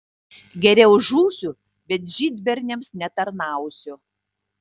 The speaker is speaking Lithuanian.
geriau žūsiu bet žydberniams netarnausiu